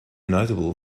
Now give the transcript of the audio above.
notable